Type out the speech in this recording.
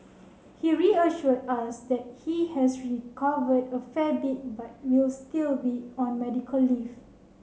he reassured us that he has recovered a fair bit but will still be on medical leave